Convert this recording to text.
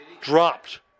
dropped